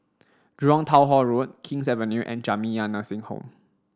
Jurong Town Hall Road King's Avenue and Jamiyah Nursing Home